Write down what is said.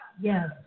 yes